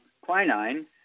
quinine